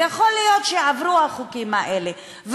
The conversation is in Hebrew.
ויכול להיות שהחוקים אלה יעברו,